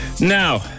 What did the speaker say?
Now